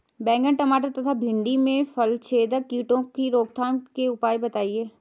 बैंगन टमाटर तथा भिन्डी में फलछेदक कीटों की रोकथाम के उपाय बताइए?